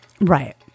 Right